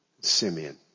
Simeon